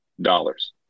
dollars